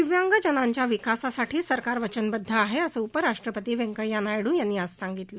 दिव्यांगजनाच्या विकासासाठी सरकार वचनबद्ध आहे असं उपराष्ट्रपती व्यंकय्या नायड् यांनी आज सांगितलं